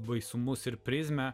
baisumus ir prizmę